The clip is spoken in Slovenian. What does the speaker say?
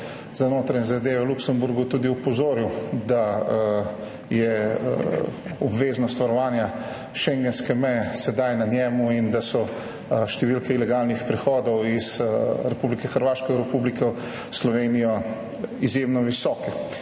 zadeve v Luksemburgu opozoril, da je obveznost varovanja šengenske meje sedaj na njem in da so številke ilegalnih prehodov iz Republike Hrvaške v Republiko Slovenijo izjemno visoke.